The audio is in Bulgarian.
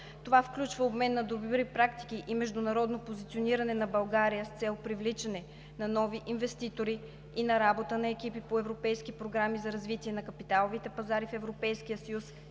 Това включва обмен на добри практики и международно позициониране на България с цел привличане на нови инвеститори и на работа на екипи по европейски програми за развитие на капиталовите пазари в Европейския съюз